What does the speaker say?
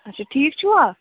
اَچھا ٹھیٖک چھُوا